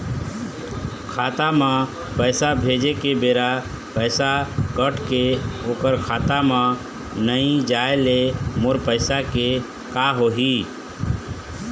खाता म पैसा भेजे के बेरा पैसा कट के ओकर खाता म नई जाय ले मोर पैसा के का होही?